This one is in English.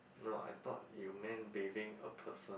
no I thought you meant bathing a person